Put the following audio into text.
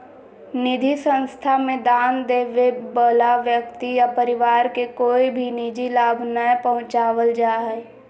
निधि संस्था मे दान देबे वला व्यक्ति या परिवार के कोय भी निजी लाभ नय पहुँचावल जा हय